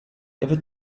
ever